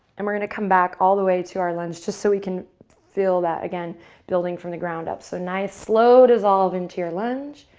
and we're going to come back all the way to our lunge just so we can feel that again building from the ground up. so nice, slow dissolve into your lunge,